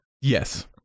Yes